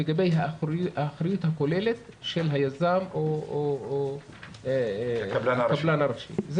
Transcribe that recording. לגבי האחריות הכוללת של היזם או הקבלן הראשי.